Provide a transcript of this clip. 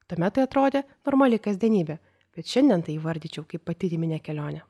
tuomet tai atrodė normali kasdienybė bet šiandien tai įvardyčiau kaip patyriminę kelionę